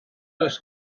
oes